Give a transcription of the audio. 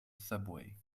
subway